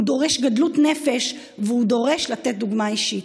הוא דורש גדלות נפש והוא דורש לתת דוגמה אישית.